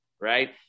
right